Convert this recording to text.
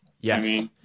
Yes